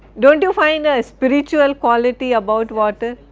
don't you find a spiritual quality about water?